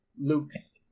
luke's